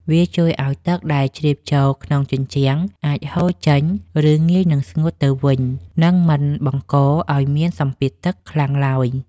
វាជួយឱ្យទឹកដែលជ្រាបចូលក្នុងជញ្ជាំងអាចហូរចេញ ឬ ងាយនឹងស្ងួតទៅវិញ និង មិនបង្កឱ្យមានសម្ពាធទឹកខ្លាំងឡើយ។